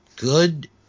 good